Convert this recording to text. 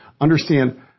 understand